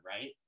right